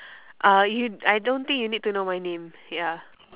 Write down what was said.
uh you I don't think you need to know my name ya